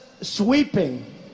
sweeping